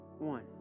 One